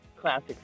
classic